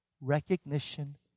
recognition